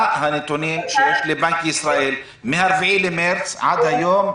מה הנתונים שיש לבנק ישראל מה-4 למרץ עד היום,